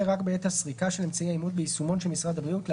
רק בעת הסריקה של אמצעי האימות ביישומון של משרד הבריאות (להלן,